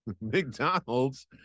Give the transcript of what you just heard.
McDonald's